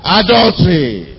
adultery